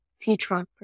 future